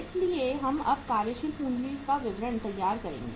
इसलिए हम अब कार्यशील पूंजी का विवरण तैयार करेंगे